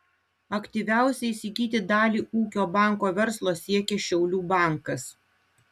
aktyviausiai įsigyti dalį ūkio banko verslo siekia šiaulių bankas